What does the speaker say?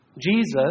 Jesus